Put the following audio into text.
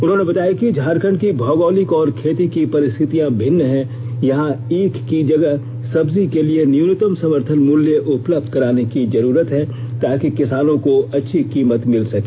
उन्होंने बताया कि झारखंड की भौगोलिक और खेती की परिस्थितियां भिन्न है यहां ईख की जगह सब्जी के लिए न्यूनतम समर्थन मूल्य उपलब्ध कराने की जरूरत है ताकि किसानों को अच्छी कीमत मिल सके